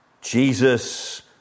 Jesus